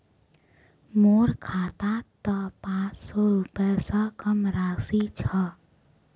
मोर खातात त पांच सौ रुपए स कम राशि छ